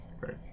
Right